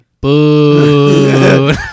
Boo